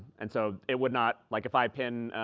and so it would not like if i pin